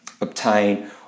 obtain